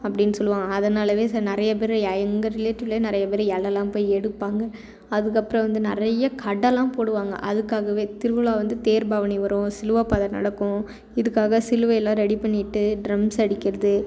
அப்படின்னு சொல்லுவாங்க அதனாலயே ச நிறைய பேர் எங்கள் ரிலேட்டிவ்விலே நிறைய பேர் எல்லாம் போய் எடுப்பாங்க அதுக்கப்புறம் வந்து நிறைய கடைலாம் போடுவாங்க அதுக்காகவே திருவிழா வந்து தேர் பவனி வரும் சிலுவை பாதை நடக்கும் இதுக்காக சிலுவையெலாம் ரெடி பண்ணிகிட்டு ட்ரம்ஸ் அடிக்கிறது